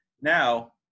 now